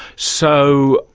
so,